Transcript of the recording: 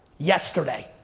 yesterday.